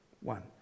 One